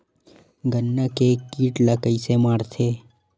गन्ना के कीट ला कइसे मारथे?